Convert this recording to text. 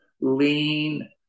lean